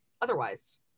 otherwise